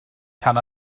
tan